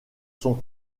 sont